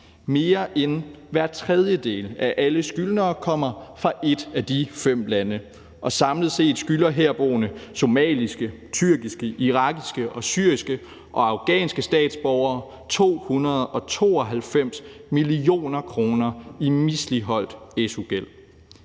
Mere end en tredjedel af de skyldnere kommer fra et af de fem lande, og samlet set skylder herboende somaliske, tyrkiske, irakiske, syriske og afghanske statsborgere 292 mio. kr. i misligholdt su-gæld.